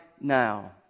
now